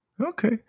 okay